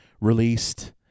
released